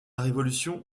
révolution